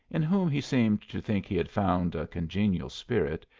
in whom he seemed to think he had found a congenial spirit,